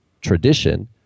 tradition